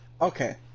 okay